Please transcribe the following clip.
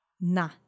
na